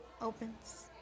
opens